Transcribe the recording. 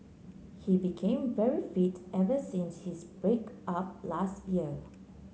he became very fit ever since his break up last year